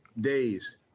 days